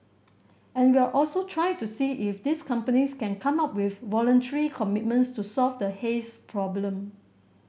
and we'll also try to see if these companies can come up with voluntary commitments to solve the haze problem